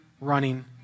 running